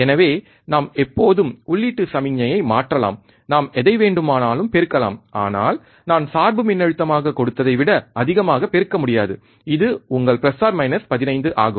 எனவே நாம் எப்போதும் உள்ளீட்டு சமிக்ஞையை மாற்றலாம் நாம் எதை வேண்டுமானாலும் பெருக்கலாம் ஆனால் நான் சார்பு மின்னழுத்தமாக கொடுத்ததை விட அதிகமாக பெருக்க முடியாது இது உங்கள் 15 ஆகும்